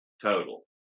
Total